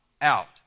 out